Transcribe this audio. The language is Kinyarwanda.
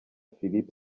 philippe